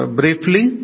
briefly